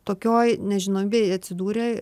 tokioj nežinomybėj atsidūrę